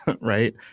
right